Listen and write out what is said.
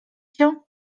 się